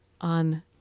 on